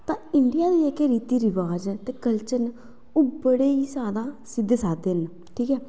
उंदे जेह्के रीति रवाज़ ते कल्चर न ओह् बड़े जादा सिद्ध सादे न ठीक ऐ